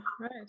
right